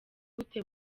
gute